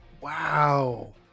Wow